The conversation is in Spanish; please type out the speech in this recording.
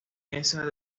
mesa